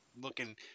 looking –